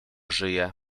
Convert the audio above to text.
żyje